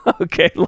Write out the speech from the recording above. Okay